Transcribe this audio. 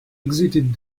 exited